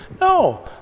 No